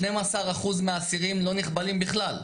12% מהאסירים לא נכבלים בכלל,